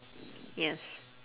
yes